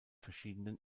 verschiedenen